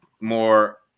more